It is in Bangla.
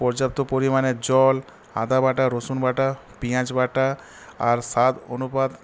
পর্যাপ্ত পরিমাণে জল আদা বাটা রসুন বাটা পিঁয়াজ বাটা আর স্বাদ অনুপাত